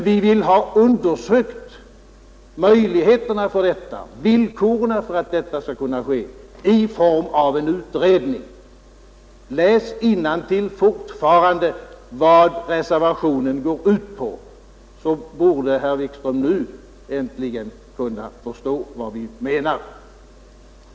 Vi vill att villkoren för att detta skall kunna ske skall undersökas i form av en utredning. Läs vad reservationen går ut på! Då borde herr Wikström äntligen kunna förstå vad vi menar.